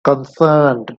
concerned